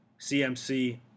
CMC